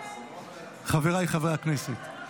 חבריי חברי הכנסת,